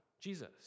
Jesus